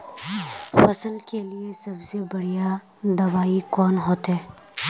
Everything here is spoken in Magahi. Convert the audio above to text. फसल के लिए सबसे बढ़िया दबाइ कौन होते?